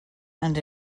and